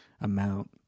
amount